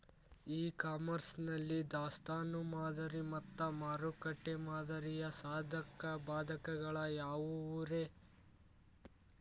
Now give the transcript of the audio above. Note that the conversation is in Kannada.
ಇ ಕಾಮರ್ಸ್ ನಲ್ಲಿ ದಾಸ್ತಾನು ಮಾದರಿ ಮತ್ತ ಮಾರುಕಟ್ಟೆ ಮಾದರಿಯ ಸಾಧಕ ಬಾಧಕಗಳ ಯಾವವುರೇ?